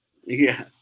Yes